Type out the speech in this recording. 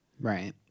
Right